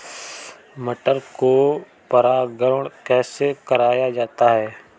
मटर को परागण कैसे कराया जाता है?